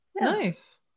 Nice